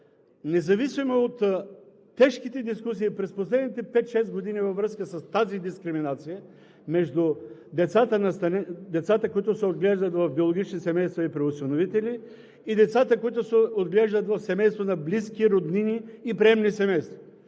независимо от тежките дискусии през последните 5 – 6 години във връзка с тази дискриминация между децата, които се отглеждат в биологични семейства и при осиновители, и децата, които се отглеждат в семейство на близки, роднини и приемни семейства.